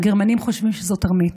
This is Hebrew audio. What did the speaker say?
הגרמנים חושבים שזו תרמית.